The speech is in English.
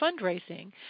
fundraising